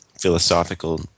philosophical